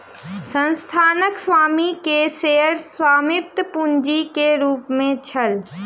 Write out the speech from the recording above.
संस्थानक स्वामी के शेयर स्वामित्व पूंजी के रूप में छल